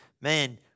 man